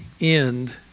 end